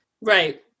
Right